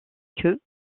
queue